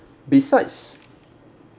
besides